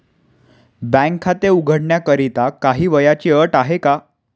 बँकेत खाते उघडण्याकरिता काही वयाची अट आहे का?